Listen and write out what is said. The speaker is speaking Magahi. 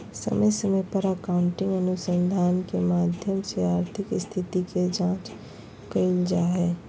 समय समय पर अकाउन्टिंग अनुसंधान के माध्यम से आर्थिक स्थिति के जांच कईल जा हइ